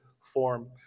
form